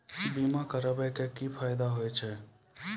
बीमा करबै के की फायदा होय छै?